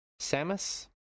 Samus